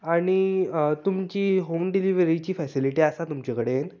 आनी तुमची होम डिलिवरीची फेसीलिटी आसा तुमचें कडेन